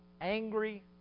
angry